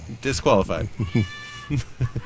Disqualified